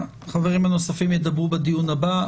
החברים הנוספים ידברו בדיון הבא,